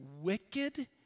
wicked